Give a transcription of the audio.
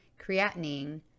Creatinine